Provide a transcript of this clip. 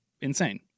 insane